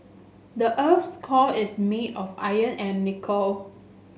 the earth's core is made of iron and nickel